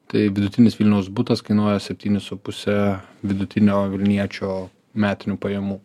tai vidutinis vilniaus butas kainuoja septynis su puse vidutinio vilniečio metinių pajamų